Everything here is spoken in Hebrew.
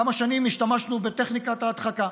כמה שנים השתמשנו בטכניקת ההדחקה.